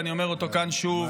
ואני אומר אותו כאן שוב,